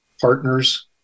partners